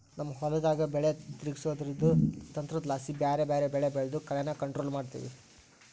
ನಮ್ ಹೊಲುದಾಗ ಬೆಲೆ ತಿರುಗ್ಸೋದ್ರುದು ತಂತ್ರುದ್ಲಾಸಿ ಬ್ಯಾರೆ ಬ್ಯಾರೆ ಬೆಳೆ ಬೆಳ್ದು ಕಳೇನ ಕಂಟ್ರೋಲ್ ಮಾಡ್ತಿವಿ